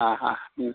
ಹಾಂ ಹಾಂ ಹ್ಞೂ